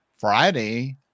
Friday